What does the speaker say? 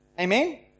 Amen